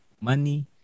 money